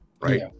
right